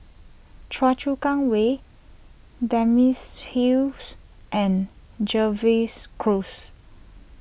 Choa Chu Kang Way Dempsey Hills and Jervois Close